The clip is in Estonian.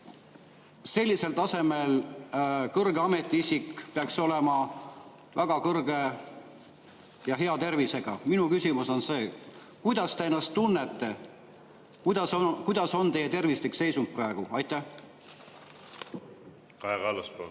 Sellisel tasemel kõrge ametiisik peaks olema väga hea tervisega. Minu küsimus on see, kuidas te ennast tunnete. Kuidas on teie tervislik seisund praegu? Kaja Kallas,